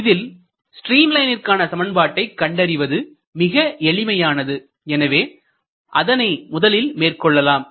இதில் ஸ்ட்ரீம் லைனிற்கான சமன்பாட்டை கண்டறிவது மிக எளிதானது எனவே அதனை முதலில் மேற்கொள்ளலாம்